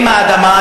אם האדמה,